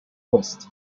west